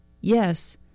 Yes